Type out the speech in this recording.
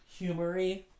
humory